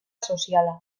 soziala